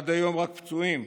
עד היום, רק פצועים.